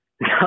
No